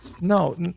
No